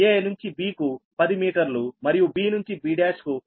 a నుంచి b కు 10 మీటర్లు మరియు b నుంచి b1 కు 0